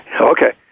Okay